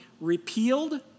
repealed